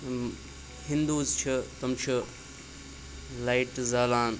یِم ہِنٛدوٗز چھِ تِم چھِ لایٹہٕ زالان